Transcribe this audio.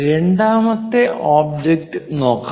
രണ്ടാമത്തെ ഒബ്ജക്റ്റ് നോക്കാം